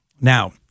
Now